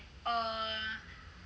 um